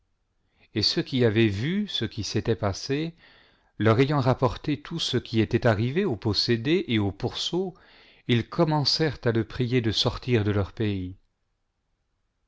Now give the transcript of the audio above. et ceux qui avaient vu ce qui s était passé leur ayant rapporté tout ce qui était arrive au possédé et aux pourceaux ils commencèrent à le prier de sortir de leur pays